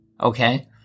okay